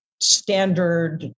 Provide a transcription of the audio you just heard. standard